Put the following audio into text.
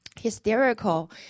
hysterical